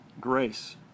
grace